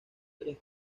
tres